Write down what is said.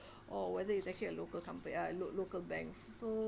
or whether it's actually a local company uh lo~ local bank so